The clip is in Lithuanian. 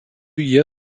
jie